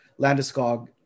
Landeskog